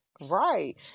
Right